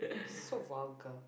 so vulgar